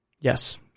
yes